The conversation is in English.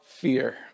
fear